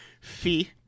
Fee